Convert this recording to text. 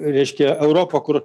reiškia europa kur